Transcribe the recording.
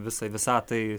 visai visatai